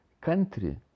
country